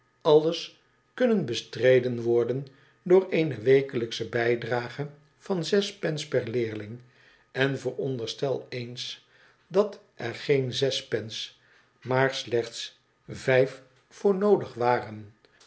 alles kunnen bestreden worden door eene wekelijksche bydrage van zes pence per leerling en veronderstel eens dat er geen zes pence maar slechts vijf voor noodig waren